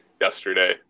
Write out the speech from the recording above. Yesterday